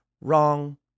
Wrong